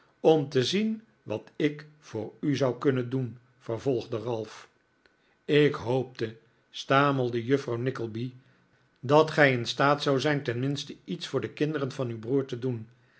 om te zien wat ik voor u zou kunnen doen vervolgde ralph ik hoopte stamelde juffrouw nickleby dat gij in staat zoudt zijn tenminste iets voor de kinderen van uw broer te doen